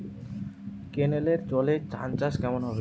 কেনেলের জলে ধানচাষ কেমন হবে?